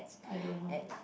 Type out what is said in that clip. I don't know